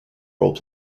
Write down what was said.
role